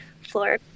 floor